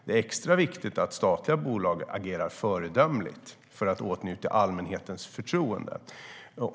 Det är extra viktigt att statliga bolag agerar föredömligt för att åtnjuta allmänhetens förtroende.